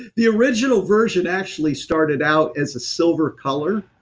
the original version actually started out as a silver color,